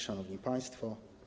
Szanowni Państwo!